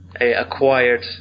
acquired